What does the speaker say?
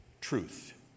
truth